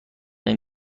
این